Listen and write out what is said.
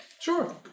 Sure